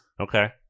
Okay